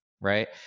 right